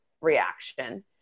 reaction